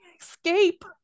escape